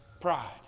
pride